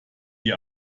die